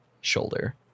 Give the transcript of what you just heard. shoulder